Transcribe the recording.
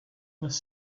was